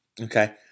Okay